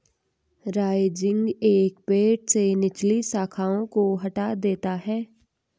rising एक पेड़ से निचली शाखाओं को हटा देता है